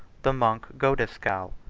the monk godescal,